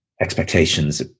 expectations